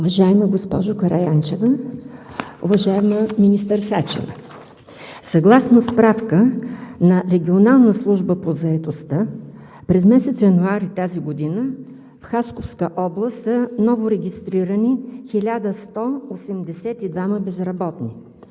Уважаема госпожо Караянчева, уважаема министър Сачева! Съгласно справка на Регионалната служба по заетостта през месец януари тази година в Хасковска област са новорегистрирани 1182 безработни